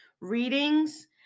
readings